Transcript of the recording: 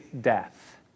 death